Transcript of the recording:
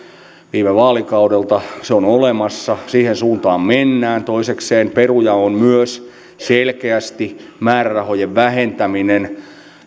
viime vaalikaudelta se on olemassa siihen suuntaan mennään toisekseen peruja on myös selkeästi määrärahojen vähentäminen